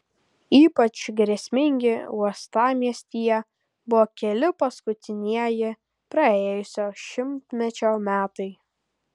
ypač grėsmingi uostamiestyje buvo keli paskutinieji praėjusio šimtmečio metai